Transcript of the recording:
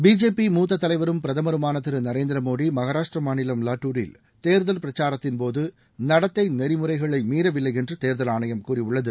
BJP மூத்த தலைவரும் பிரதமருமான திரு நரேந்திரமோடி மகாராஷ்டிர மாநிலம் லாட்டுரில் தேர்தல் பிரச்சாரத்தின்போது நடத்தை நெறிமுறைகளை மீறவில்லை என்று தேர்தல் ஆணையம் கூறியுள்ளது